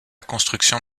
construction